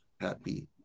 happy